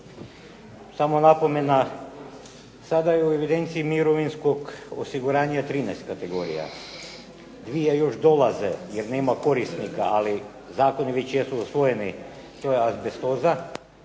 Samo napomena sada je u evidenciji mirovinskog osiguranja 13 kategorija, 2 još dolaze jer nema korisnika, ali zakoni već jesu usvojeni. To je azbestoza